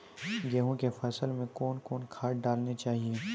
गेहूँ के फसल मे कौन कौन खाद डालने चाहिए?